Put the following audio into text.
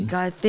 God